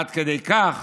עד כדי כך